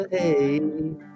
Hey